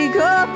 go